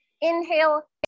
Inhale